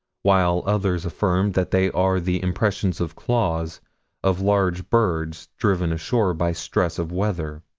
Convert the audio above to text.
while others affirm that they are the impressions of claws of large birds driven ashore by stress of weather.